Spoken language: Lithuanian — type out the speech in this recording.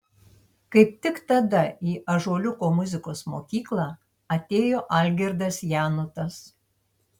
kaip tik tada į ąžuoliuko muzikos mokyklą atėjo algirdas janutas